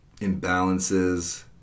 imbalances